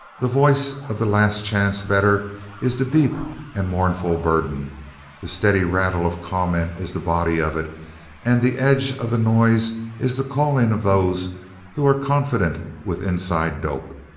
the voice of the last-chance better is the deep and mournful burden the steady rattle of comment is the body of it and the edge of the noise is the calling of those who are confident with inside dope.